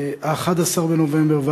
11 בנובמבר,